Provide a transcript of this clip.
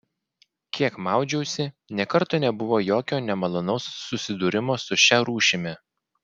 kiek maudžiausi nė karto nebuvo jokio nemalonaus susidūrimo su šia rūšimi